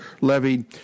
levied